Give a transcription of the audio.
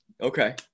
Okay